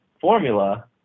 formula